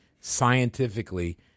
scientifically